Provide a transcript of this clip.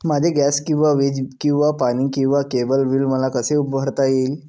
माझे गॅस किंवा वीज किंवा पाणी किंवा केबल बिल मला कसे भरता येईल?